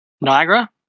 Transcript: Niagara